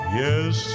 yes